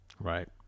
Right